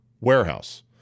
warehouse